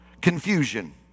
confusion